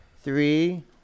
Three